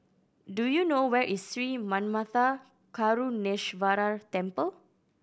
do you know where is Sri Manmatha Karuneshvarar Temple